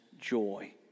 joy